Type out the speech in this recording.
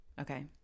okay